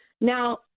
Now